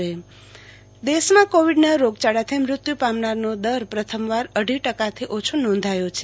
આરતી ભદ્દ રાજ્ય કોરોના દેશમાં કોવીડના રોગયાળાથી મૃત્યુ પામનારનો દર પ્રથમવાર અઢી ટકાથી ઓછો નોંધાયો છે